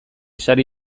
sari